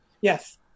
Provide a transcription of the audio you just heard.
Yes